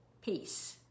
peace